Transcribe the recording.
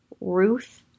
Ruth